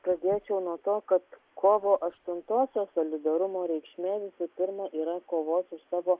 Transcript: pradėčiau o nuo to kad kovo aštuntosios solidarumo reikšmė visų pirma yra kovos su savo